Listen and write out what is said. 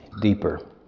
deeper